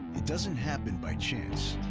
it doesn't happen chance.